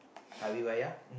Hari Raya